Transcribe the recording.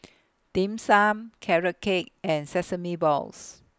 Dim Sum Carrot Cake and Sesame Balls